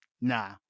nah